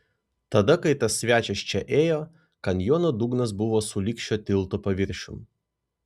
tada kai tas svečias čia ėjo kanjono dugnas buvo sulig šio tilto paviršium